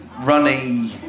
runny